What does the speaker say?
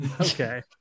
Okay